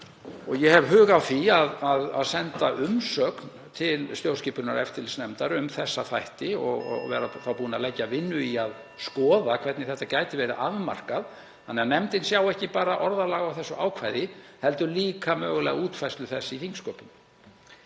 og ég hef hug á því að senda umsögn til stjórnskipunar- og eftirlitsnefndar um þessa þætti og (Forseti hringir.) vera þá búinn að leggja vinnu í að skoða hvernig þetta gæti verið afmarkað þannig að nefndin sjái ekki bara orðalag á þessu ákvæði heldur líka mögulega útfærslu þess í þingsköpum.